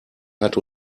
hat